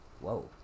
Whoa